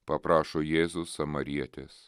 paprašo jėzus samarietės